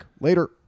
later